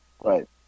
Right